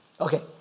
Okay